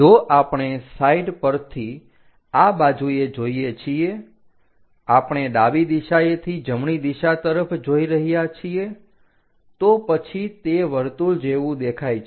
જો આપણે સાઈડ પરથી આ બાજુએ જોઈએ છીએ આપણે ડાબી દિશાએથી જમણી દિશા તરફ જોઈ રહ્યા છીએ તો પછી તે વર્તુળ જેવું દેખાય છે